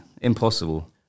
Impossible